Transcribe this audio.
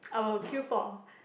I will queue for